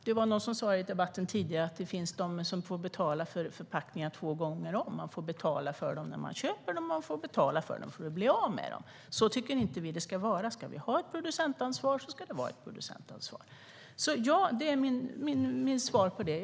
Det var någon som tidigare i debatten sa att det finns de som får betala för förpackningar två gånger om - man får betala för dem när man köper dem, och man får betala för att bli av med dem. Så tycker inte vi att det ska vara. Ska vi ha ett producentansvar ska det vara ett producentansvar. Det är alltså mitt svar på frågan.